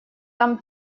там